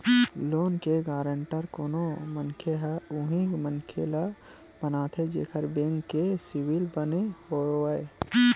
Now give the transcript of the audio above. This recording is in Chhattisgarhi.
लोन के गांरटर कोनो मनखे ह उही मनखे ल बनाथे जेखर बेंक के सिविल बने होवय